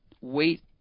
wait